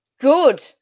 good